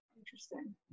Interesting